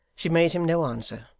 she made him no answer,